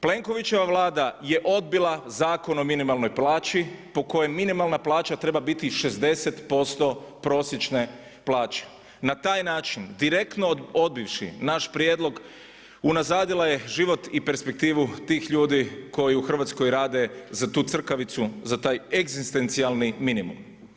Plenkovićeva Vlada je odbila Zakon o minimalnoj plaći po kojem minimalna plaća treba biti 60% prosječne plaće na taj način direktno odbivši naš prijedlog unazadila je život i perspektivu tih ljudi koji u Hrvatskoj rade za tu crkavicu, za taj egzistencijalni minimum.